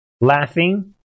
laughing